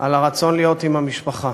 על הרצון להיות עם המשפחה.